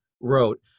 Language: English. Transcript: wrote